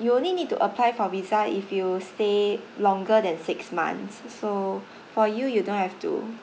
you only need to apply for visa if you stay longer than six months so for you you don't have to